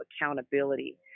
accountability